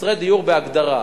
חסרי דיור בהגדרה,